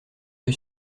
œil